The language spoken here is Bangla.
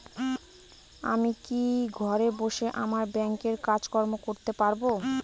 আমি কি ঘরে বসে আমার ব্যাংকের কাজকর্ম করতে পারব?